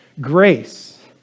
grace